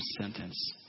sentence